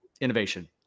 innovation